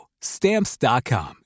Stamps.com